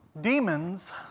Demons